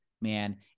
man